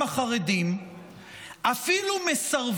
תודה